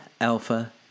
alpha